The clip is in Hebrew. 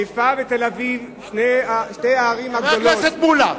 שתי הערים הגדולות,